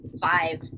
five